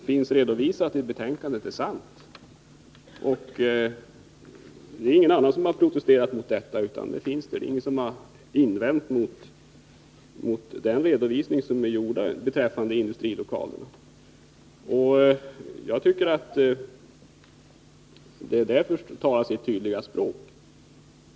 Herr talman! Jag utgår ifrån att det som finns redovisat i betänkandet är sant, och det är ingen annan som har invänt mot den redovisning som är gjord beträffande industrilokalerna. Jag tycker att det talar sitt tydliga språk.